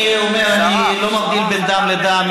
אני אומר: אני לא מבדיל בין דם לדם,